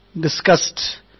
discussed